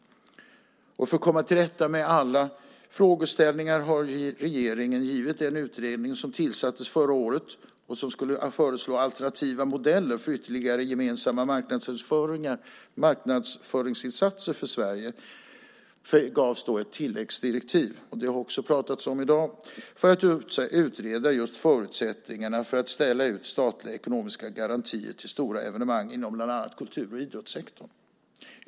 För att komma till rätta med alla frågeställningar har regeringen givit den utredning som tillsattes förra året och som skulle föreslå alternativa modeller för ytterligare gemensamma marknadsföringsinsatser för Sverige tilläggsdirektiv, för att utreda just förutsättningarna för att ställa ut statliga ekonomiska garantier till stora evenemang inom bland annat kultur och idrottssektorn.